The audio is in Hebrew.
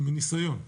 מניסיון.